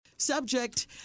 subject